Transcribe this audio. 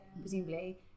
presumably